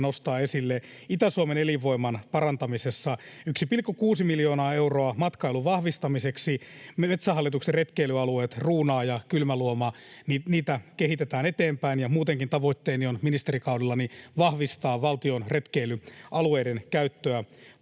nostaa esille Itä-Suomen elinvoiman parantamisen: 1,6 miljoonaa euroa matkailun vahvistamiseksi. Metsähallituksen retkeilyalueita, Ruunaa ja Kylmäluoma, kehitetään eteenpäin. Ja muutenkin tavoitteeni on ministerikaudellani vahvistaa valtion retkeilyalueiden käyttöä.